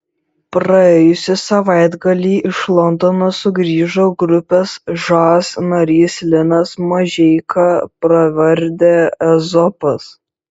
praėjusį savaitgalį iš londono sugrįžo grupės žas narys linas mažeika pravarde ezopas